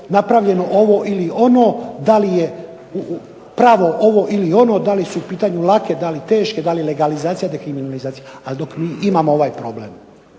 napravljeno ovo ili ono, da li je pravo ovo ili ono, da li su u pitanju lake, da li teške, da li legalizacija, dekriminalizacija, ali dok mi imamo ovaj problem